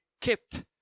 kept